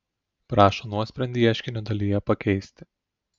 prašo nuosprendį ieškinio dalyje pakeisti